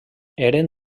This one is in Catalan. eren